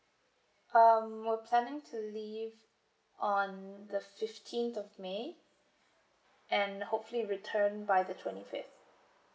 um we're planning to leave on the fifteenth of may and hopefully return by the twenty fifth